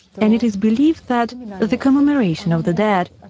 and it is believed that the commemoration of the dead,